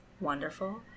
wonderful